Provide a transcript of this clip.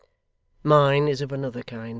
mine is of another kind,